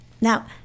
Now